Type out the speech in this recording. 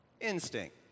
instinct